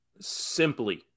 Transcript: simply